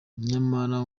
nyamara